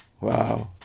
Wow